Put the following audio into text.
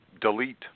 delete